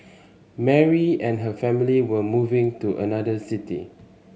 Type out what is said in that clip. Mary and her family were moving to another city